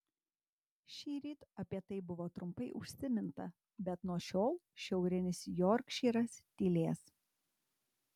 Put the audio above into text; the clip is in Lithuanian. šįryt apie tai buvo trumpai užsiminta bet nuo šiol šiaurinis jorkšyras tylės